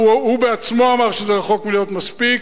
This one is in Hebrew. והוא בעצמו אמר שזה רחוק מלהיות מספיק,